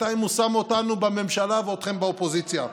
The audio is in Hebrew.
בינתיים הוא שם אותנו בממשלה ואתכם באופוזיציה.